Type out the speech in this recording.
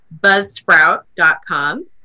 Buzzsprout.com